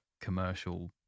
commercial